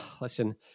listen